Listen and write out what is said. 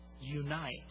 unite